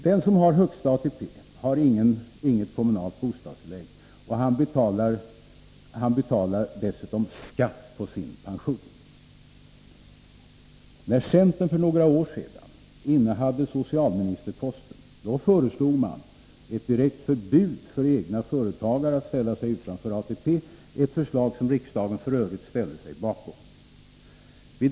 Den som har högsta ATP har däremot inget kommunalt bostadstillägg, och han betalar dessutom skatt på sin pension. När centern för några år sedan innehade socialministerposten, föreslog man ett direkt förbud för egna företagare att ställa sig utanför ATP, ett förslag som riksdagen f. ö. ställde sig bakom.